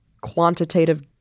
quantitative